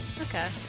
Okay